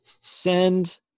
send